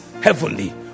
heavenly